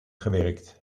gewerkt